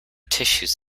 tissues